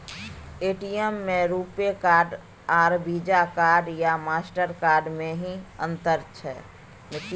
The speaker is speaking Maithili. ए.टी.एम में रूपे कार्ड आर वीजा कार्ड या मास्टर कार्ड में कि अतंर छै?